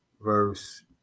verse